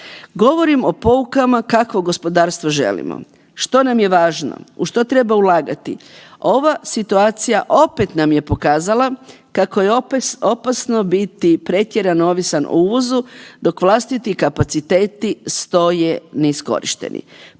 Govorim o poukama kakvo gospodarstvo želimo. Što nam je važno, u što treba ulagati. Ova situacija opet nam je pokazala kako je opasno biti pretjerano ovisan o uvozu dok vlastiti kapaciteti stoje neiskorišteni.